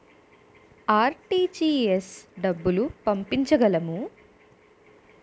RTGS డబ్బులు పంపించగలము?